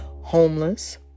homeless